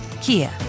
Kia